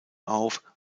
auf